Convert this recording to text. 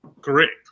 Correct